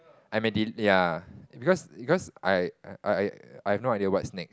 I may del~ ya because because I I I I have no idea what's next